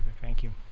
thank you.